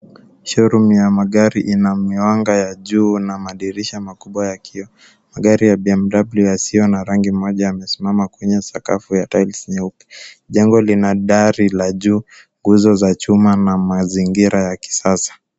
Showroom ya magari ina miwanga ya juu na madirisha makubwa ya kioo. Magari ya BMW yasiyo na rangi moja yamesimama kwenye sakafu ya tiles nyeupe. Jengo lina dari ya juu, nguzo za chuma na mazingira ya kisasa.